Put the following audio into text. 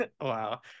wow